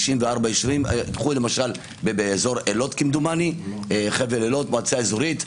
קחו למשל באזור חבל אלות, מועצה אזורית,